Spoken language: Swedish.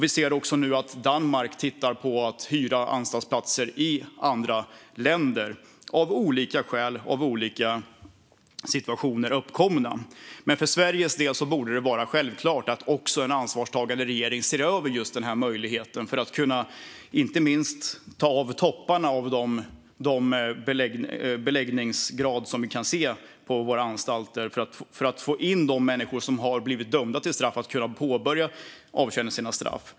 Vi ser nu också att Danmark tittar på att hyra anstaltsplatser i andra länder av olika skäl och på grund av olika uppkomna situationer. För Sveriges del är det självklart att en ansvarstagande regering ska se över just den här möjligheten för att kunna kapa topparna på den överbeläggning som vi ser på våra anstalter, så att man kan få in de människor som har blivit dömda till straff och låta dem börja att avtjäna sina straff.